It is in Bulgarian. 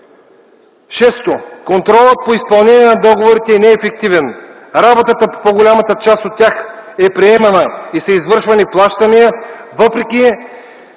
– контролът по изпълнение на договорите не е ефективен. Работата по по-голямата част от тях е приемана и са извършвани плащания, въпреки